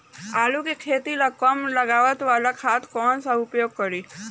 आलू के खेती ला कम लागत वाला खाद कौन सा उपयोग करी?